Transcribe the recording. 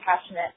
passionate